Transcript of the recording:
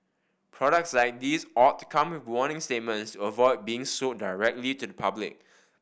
products like these ought to come with warning statements avoid being sold directly to the public